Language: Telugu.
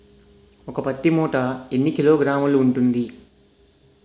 ఒక పత్తి మూట ఎన్ని కిలోగ్రాములు ఉంటుంది?